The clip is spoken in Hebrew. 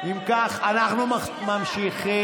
אם כך, אנחנו ממשיכים.